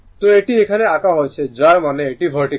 তো এটি এখানে আঁকা হয়েছে যার মানে এটি ভার্টিকাল